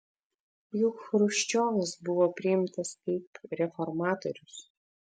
juk chruščiovas buvo priimtas kaip reformatorius